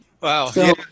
wow